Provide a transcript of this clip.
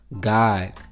God